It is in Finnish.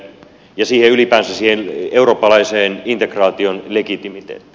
eli tässä on vain yksi esimerkki